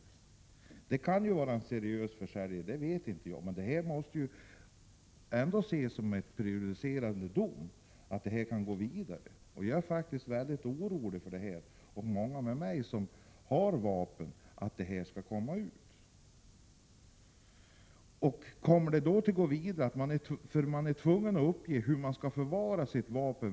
Jag känner inte till om det i det här fallet rör sig om en seriös försäljare, men den dom som har avkunnats måste ju ändå ses som prejudicerande. Jag och många andra som har vapen är faktiskt mycket oroliga för att dessa uppgifter skall komma ut, med de följder som detta kan få. Vid ansökan om vapenlicens är man ju tvungen att uppge hur man skall förvara sitt vapen.